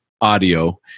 audio